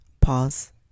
pause